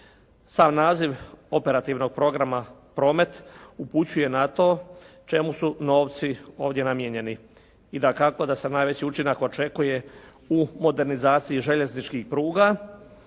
Sam naziv operativnog programa promet upućuje na to čemu su novci ovdje namijenjeni. I dakako da se najveći učinak očekuje u modernizaciji željezničkih pruga